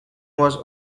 was